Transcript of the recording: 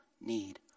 need